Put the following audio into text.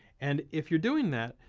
and if you're doing that,